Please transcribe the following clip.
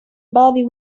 body